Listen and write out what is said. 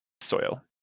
soil